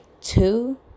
two